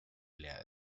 leer